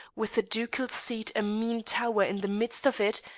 with the ducal seat a mean tower in the midst of it,